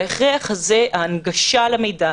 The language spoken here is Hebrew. וההכרח הזה, ההנגשה למידע